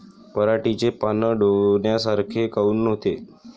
पराटीचे पानं डोन्यासारखे काऊन होते?